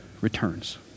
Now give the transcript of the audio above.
returns